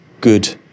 good